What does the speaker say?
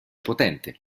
potente